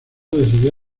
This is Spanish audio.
decidió